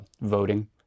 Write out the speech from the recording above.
voting